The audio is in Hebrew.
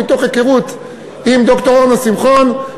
מהיכרות עם ד"ר אורנה שמחון,